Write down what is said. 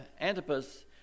Antipas